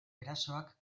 erasoak